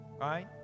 Right